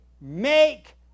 Make